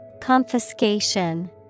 Confiscation